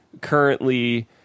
currently